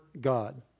God